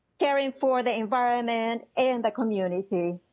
caring for the environment. and the community.